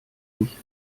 sich